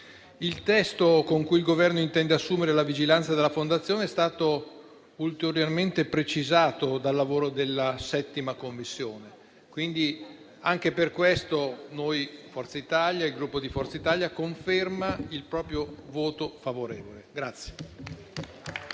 Il testo con cui il Governo intende assumere la vigilanza della fondazione è stato ulteriormente migliorato dal lavoro della 7a Commissione, quindi anche per questo il Gruppo Forza Italia conferma il proprio voto favorevole.